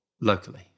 locally